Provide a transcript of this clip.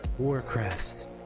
Warcrest